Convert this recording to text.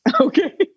Okay